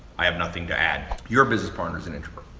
i have nothing to add. your business partner is an introvert.